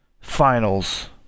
Finals